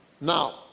Now